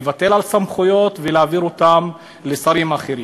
לוותר על סמכויות ולהעביר אותן לשרים אחרים.